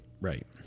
Right